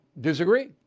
disagree